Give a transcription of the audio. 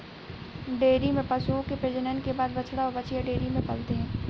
dairy में पशुओं के प्रजनन के बाद बछड़ा और बाछियाँ डेयरी में पलते हैं